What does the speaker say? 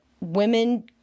women